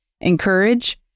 encourage